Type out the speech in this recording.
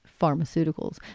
pharmaceuticals